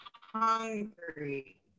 hungry